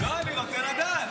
לא, אני רוצה לדעת.